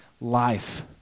life